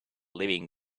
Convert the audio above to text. living